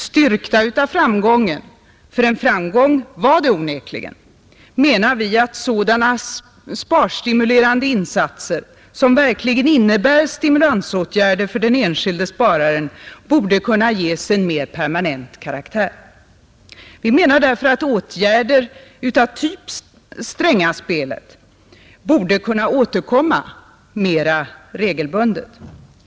Styrkta av framgången — en framgång var det onekligen — menar vi att sådana sparstimulerande insatser, som verkligen innebär stimulansåtgärder för den enskilde spararen, borde kunna ges en mer permanent karaktär. Vi anser därför att åtgärder av typ Strängaspelet borde kunna återkomma mera regelbundet.